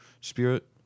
spirit